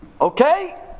okay